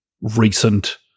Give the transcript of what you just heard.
recent-